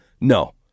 No